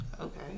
Okay